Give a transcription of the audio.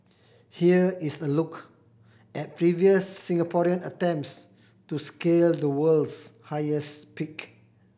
here is a look at previous Singaporean attempts to scale the world's highest peak